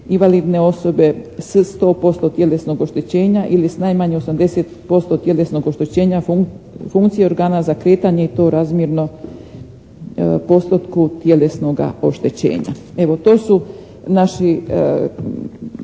invalidne osobe s 100% tjelesnog oštećenja ili s najmanje 80% tjelesnog oštećenja funkcije organa za kretanje i to razmjerno postotku tjelesnoga oštećenja.